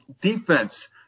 defense